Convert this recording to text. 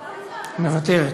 מוותרת,